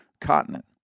continent